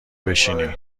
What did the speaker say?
بشینی